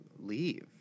leave